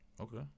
Okay